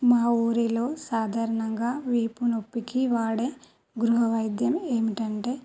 మా ఊళ్ళో సాధారణంగా వీపు నొప్పికి వాడే గృహవైద్యం ఏంటంటే